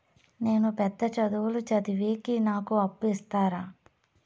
నేను పెద్ద చదువులు చదివేకి నాకు అప్పు ఇస్తారా